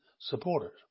supporters